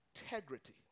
integrity